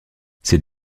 c’est